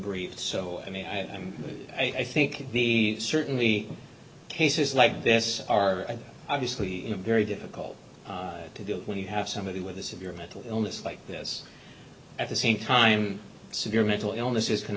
briefed so i mean i think he certainly cases like this are obviously in a very difficult to do when you have somebody with a severe mental illness like this at the same time severe mental illnesses can